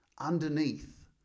underneath